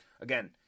again